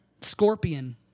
Scorpion